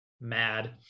mad